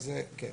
כן.